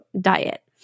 diet